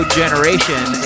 generation